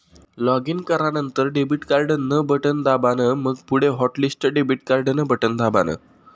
login करानंतर debit card न button दाबान, मंग पुढे हॉटलिस्ट डेबिट कार्डन बटन दाबान